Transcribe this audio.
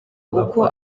uko